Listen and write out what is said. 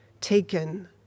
taken